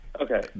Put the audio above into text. Okay